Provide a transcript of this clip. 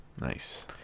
Nice